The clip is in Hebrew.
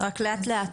רק אחד-אחד,